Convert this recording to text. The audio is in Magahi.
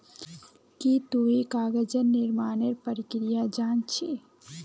की तुई कागज निर्मानेर प्रक्रिया जान छि